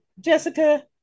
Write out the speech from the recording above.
Jessica